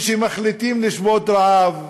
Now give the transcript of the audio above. כשהם מחליטים לשבות רעב,